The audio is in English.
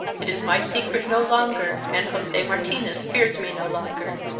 it is my secret no longer and jose martinez fears me no longer.